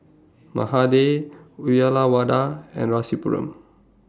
Mahade Uyyalawada and Rasipuram